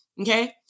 Okay